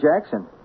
Jackson